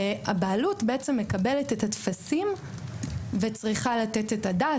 והבעלות מקבלת את הטפסים וצריכה לתת את הדעת.